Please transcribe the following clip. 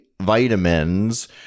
vitamins